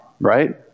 right